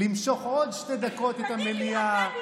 למשוך עוד שתי דקות את המליאה.